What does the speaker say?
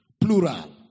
Plural